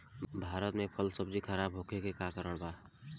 भारत में फल सब्जी खराब होखे के का कारण बा?